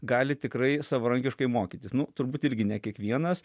gali tikrai savarankiškai mokytis nu turbūt irgi ne kiekvienas